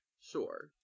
sure